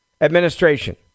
administration